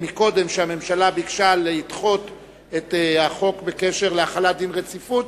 שהממשלה ביקשה לדחות את החוק בהקשר של החלת דין רציפות,